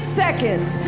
seconds